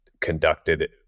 conducted